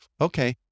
Okay